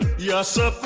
yes sir.